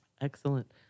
Excellent